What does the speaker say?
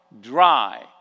dry